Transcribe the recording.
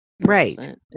right